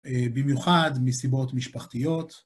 במיוחד מסיבות משפחתיות.